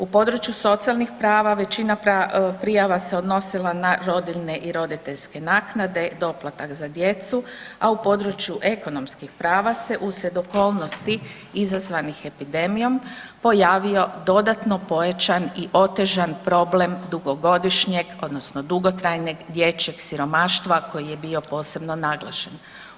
U području socijalnih prava većina prijava se odnosila na rodiljne i roditeljske naknade, doplatak za djecu, a u području ekonomskih prava se uslijed okolnosti izazvanih epidemijom pojavio dodatno pojačan i otežan problem dugogodišnjeg odnosno dugotrajnog dječjeg siromaštva koji je bio posebno naglašen.